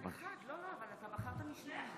המציע, אתה מסכים שהשר יעלה?